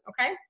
okay